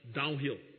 downhill